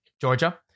Georgia